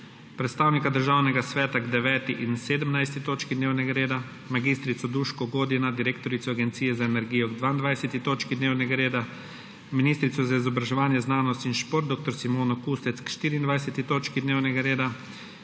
predstavnika Državnega sveta k 9. in 17. točki dnevnega reda, mag. Duško Godina, direktorico Agencije za energijo, k 22. točki dnevnega reda, ministrico za izobraževanje, znanost in šport dr. Simono Kustec k 24. točki dnevnega reda,